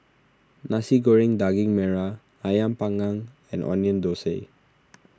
Nasi Goreng Daging Merah Ayam Panggang and Onion Thosai